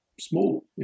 small